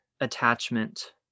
attachment